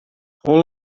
all